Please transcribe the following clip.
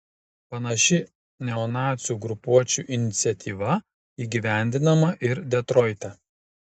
panaši neonacių grupuočių iniciatyva įgyvendinama ir detroite